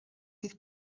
fydd